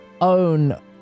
own